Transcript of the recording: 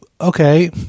okay